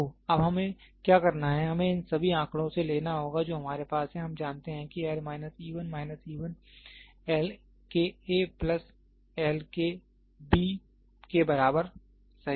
तो अब हमें क्या करना है हमें इन सभी आंकड़ों से लेना होगा जो हमारे पास है हम जानते हैं कि L minus e 1 minus e 1 L के A प्लस L के b के बराबर सही है